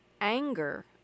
anger